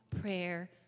prayer